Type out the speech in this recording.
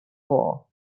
for